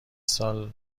سال